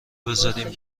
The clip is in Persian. بذارین